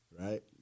right